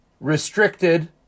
restricted